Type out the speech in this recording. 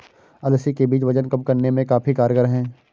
अलसी के बीज वजन कम करने में काफी कारगर है